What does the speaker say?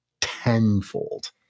tenfold